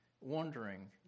wondering